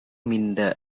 மிந்த